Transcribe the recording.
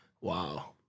Wow